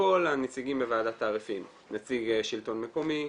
מכל הנציגים בוועדת תעריפים: נציג שלטון מקומי,